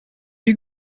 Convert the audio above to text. you